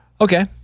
Okay